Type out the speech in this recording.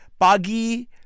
Pagi